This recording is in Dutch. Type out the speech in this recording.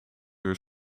uur